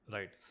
Right